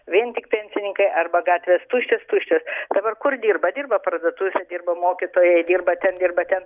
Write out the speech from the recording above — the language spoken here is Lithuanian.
vien tik pensininkai arba gatvės tuščios tuščios dabar kur dirba dirba parduotuvėse dirba mokytojai dirba ten dirba ten